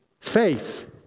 Faith